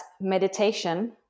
meditation